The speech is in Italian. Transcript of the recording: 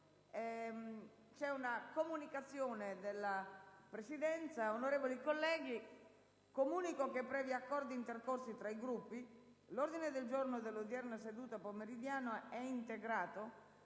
apre una nuova finestra"). Onorevoli colleghi, comunico che, previ accordi intercorsi tra i Gruppi, l'ordine del giorno dell'odierna seduta pomeridiana è integrato